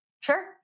sure